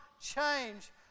change